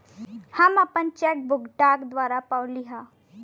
हम आपन cheque book डाक द्वारा पउली है